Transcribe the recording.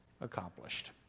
accomplished